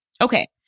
Okay